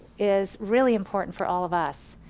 is really important for all of us.